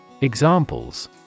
Examples